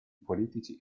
politici